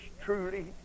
truly